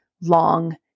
long